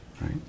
right